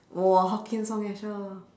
!woah! hokkien songs eh shir